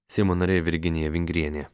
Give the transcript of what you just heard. seimo narė virginija vingrienė